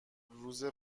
روز